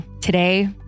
today